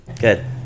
Good